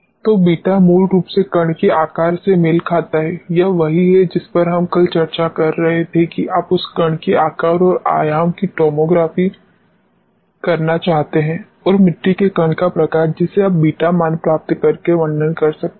तो बीटा मूल रूप से कण के आकार से मेल खाता है यह वही है जिस पर हम कल चर्चा कर रहे थे कि आप उस कण के आकार और आयाम की टोमोग्राफी करना चाहते हैं और मिट्टी के कण का प्रकार जिसे आप बीटा मान प्राप्त करके वर्णन कर सकते हैं